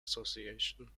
association